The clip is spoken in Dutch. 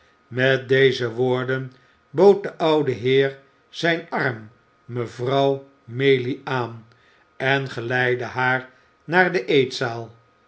met deze woorden bood de oude heer zijn arm mevrouw maylie aan en geleidde haar naar de eetzaal